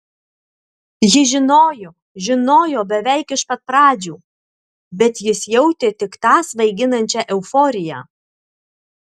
ji žinojo žinojo beveik iš pat pradžių bet jis jautė tik tą svaiginančią euforiją